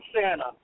santa